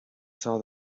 saw